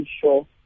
sure